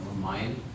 mind